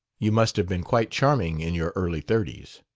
you must have been quite charming in your early thirties.